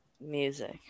Music